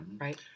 right